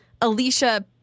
Alicia